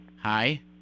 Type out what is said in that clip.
Hi